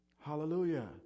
Hallelujah